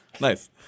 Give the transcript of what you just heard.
Nice